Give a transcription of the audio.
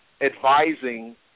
advising